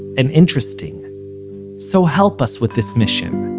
and interesting so help us with this mission.